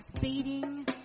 beating